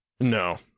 No